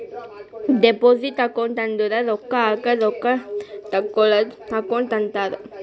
deposit account ಅಂದುರ್ ರೊಕ್ಕಾ ಹಾಕದ್ ರೊಕ್ಕಾ ತೇಕ್ಕೋಳದ್ ಅಕೌಂಟ್ ಅಂತಾರ್